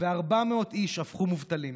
ו-400 איש הפכו מובטלים.